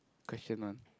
question one